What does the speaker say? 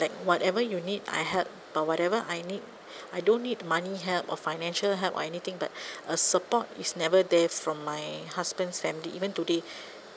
like whatever you need I help but whatever I need I don't need money help or financial help or anything but a support is never there from my husband's family even today